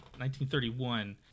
1931